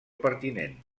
pertinent